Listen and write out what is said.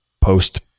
post